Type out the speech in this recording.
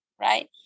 right